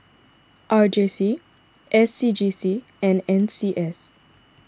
R J C S C G C and N C S